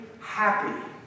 happy